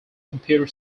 computer